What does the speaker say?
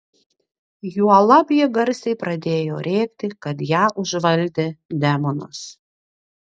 juolab ji garsiai pradėjo rėkti kad ją užvaldė demonas